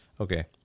Okay